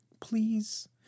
Please